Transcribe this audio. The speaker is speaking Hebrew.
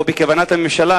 או בכוונת הממשלה,